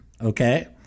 Okay